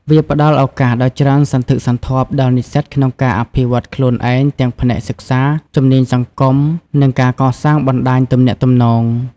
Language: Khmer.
វាផ្តល់ឱកាសដ៏ច្រើនសន្ធឹកសន្ធាប់ដល់និស្សិតក្នុងការអភិវឌ្ឍន៍ខ្លួនឯងទាំងផ្នែកសិក្សា ជំនាញសង្គម និងការកសាងបណ្តាញទំនាក់ទំនង។